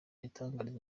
abitangariza